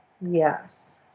Yes